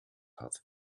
had